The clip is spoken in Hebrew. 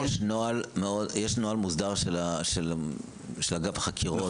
יש נוהל מוסדר של אגף החקירות,